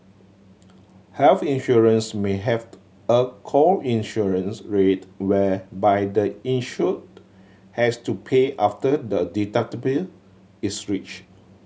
health insurance may have a co insurance rate whereby the insured has to pay after the is reached